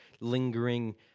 lingering